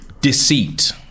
deceit